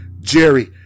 Jerry